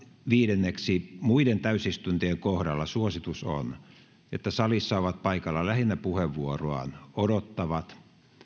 viidenneksi muiden täysistuntojen kohdalla suositus on että salissa ovat paikalla lähinnä puheenvuoroaan odottavat